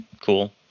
cool